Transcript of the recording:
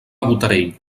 botarell